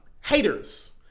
haters